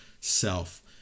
self